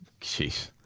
Jeez